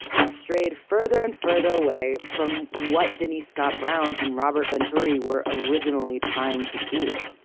it strayed further and further away from what denise scott brown and robert venturi were originally trying to do.